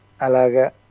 Alaga